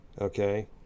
okay